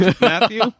Matthew